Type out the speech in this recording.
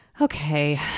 okay